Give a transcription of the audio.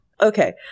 Okay